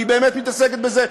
כי היא באמת מתעסקת בזה,